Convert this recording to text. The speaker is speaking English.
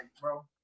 bro